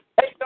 Hey